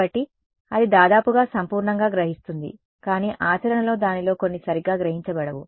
కాబట్టి అది దాదాపుగా సంపూర్ణంగా గ్రహిస్తుంది కానీ ఆచరణలో దానిలో కొన్ని సరిగ్గా గ్రహించబడవు